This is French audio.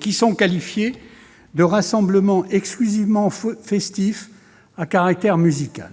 qui sont qualifiées de « rassemblements exclusivement festifs à caractère musical »